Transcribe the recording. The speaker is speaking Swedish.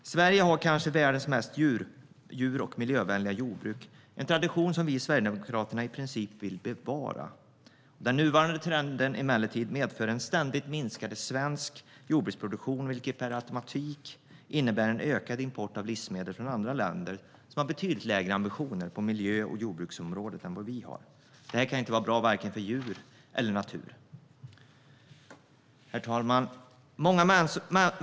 Sverige har kanske världens mest djur och miljövänliga jordbruk, en tradition som vi i Sverigedemokraterna i princip vill bevara. Den nuvarande trenden, emellertid, medför en ständigt minskande svensk jordbruksproduktion, vilket per automatik innebär ökad import av livsmedel från länder med betydligt lägre ambitioner på miljö och jordbruksområdet. Det kan inte vara bra för vare sig djur eller natur. Herr talman!